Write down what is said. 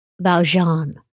Valjean